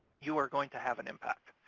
you are going to have an impact.